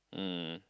um